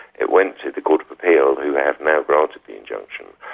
it went to the court of appeal who have now granted the injunction,